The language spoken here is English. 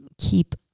keep